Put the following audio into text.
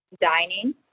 dining